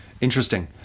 Interesting